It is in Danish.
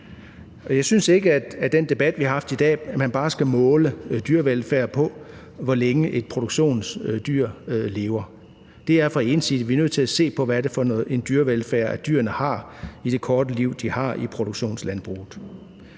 har haft i dag, at man bare skal måle dyrevelfærd på, hvor længe et produktionsdyr lever. Det er for ensidigt. Vi er nødt til at se på, hvad det er for en dyrevelfærd, dyrene har i det korte liv, de har i produktionslandbruget.